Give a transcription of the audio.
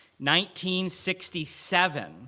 1967